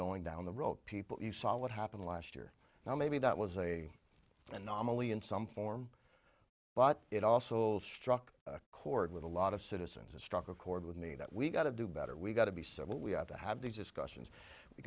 going down the road people you saw what happened last year now maybe that was a anomaly in some form but it also struck a chord with a lot of citizens it struck a chord with me that we got to do better we've got to be civil we have to have these discussions we